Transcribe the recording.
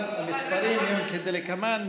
אבל המספרים הם כדלקמן,